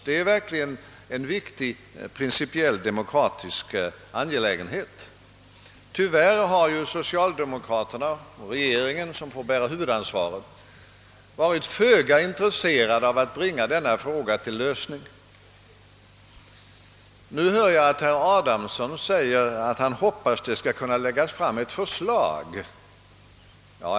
Det är verkligen en viktig principiell demokratisk angelägenhet. Tyvärr har so Åtgärder i syfte att fördjupa och stärka det svenska folkstyret cialdemokraterna och regeringen, som får bära ansvaret, varit föga intresserade av att bringa denna fråga till lösning. Nu hörde jag herr Adamsson säga att han hoppas att ett förslag skall läggas fram.